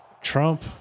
Trump